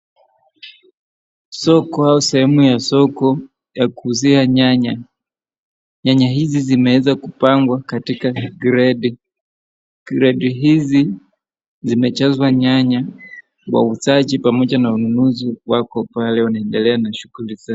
Soko au sehemu ya soko ya kuuzia nyanya. Nyanya hizi zimeweza kupangwa katika kreti. Kreti hizi zimejazwa nyanya. Wauzaji pamoja na wanunuzi wako pale wanaendela na shughuli zao.